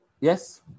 Yes